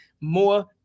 more